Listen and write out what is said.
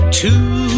two